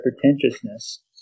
pretentiousness